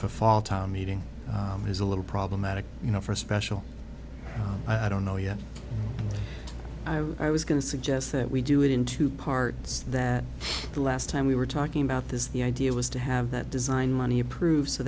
for fall time meeting is a little problematic you know for a special i don't know yet i was going to suggest that we do it in two parts that the last time we were talking about this the idea was to have that design money approved so